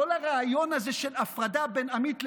כל הרעיון הזה של הפרדה בין עמית לאויב,